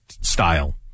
style